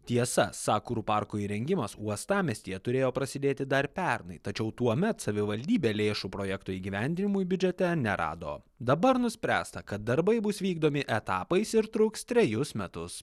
tiesa sakurų parko įrengimas uostamiestyje turėjo prasidėti dar pernai tačiau tuomet savivaldybė lėšų projekto įgyvendinimui biudžete nerado dabar nuspręsta kad darbai bus vykdomi etapais ir truks trejus metus